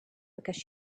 because